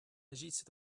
agissent